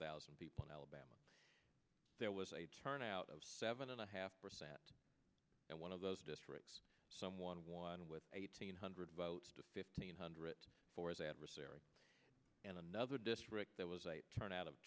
thousand people in alabama there was a turnout of seven and a half percent and one of those districts someone won with eighteen hundred votes to fifteen hundred for his adversary and another district that was a turnout of